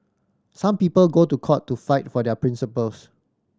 some people go to court to fight for their principles